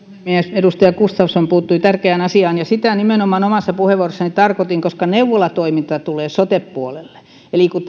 edustaja gustafsson puuttui tärkeään asiaan ja sitä nimenomaan omassa puheenvuorossani tarkoitin että koska neuvolatoiminta tulee sote puolelle eli kun